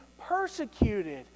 persecuted